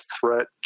threat